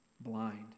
blind